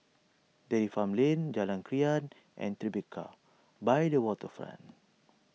Dairy Farm Lane Jalan Krian and Tribeca by the Waterfront